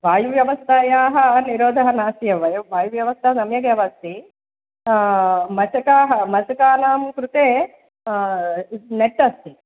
वायुव्यवस्थायाः निरोधः नास्ति एव एवं वायुव्यवस्था सम्यगेव अस्ति मशकाः मशकानां कृते नेट् अस्ति